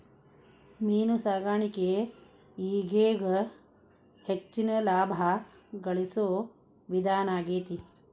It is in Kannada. ಮೇನು ಸಾಕಾಣಿಕೆ ಈಗೇಗ ಹೆಚ್ಚಿನ ಲಾಭಾ ಗಳಸು ವಿಧಾನಾ ಆಗೆತಿ